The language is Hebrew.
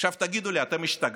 עכשיו, תגידו לי: אתם השתגעתם?